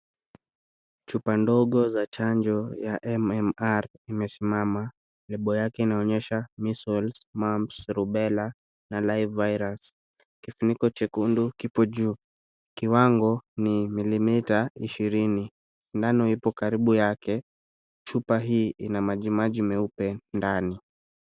Chupa ndogo za chanjo ya MMR imesimama, lebo yake inaonyesha Measles Mumps Rubella na live virus . Kifuniko chekundu kipo juu. Kiwango ni milimilita ishirini. Sindano ipo karibu yake, chupa hii ina majimaji meupe ndani.